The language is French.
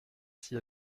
s’y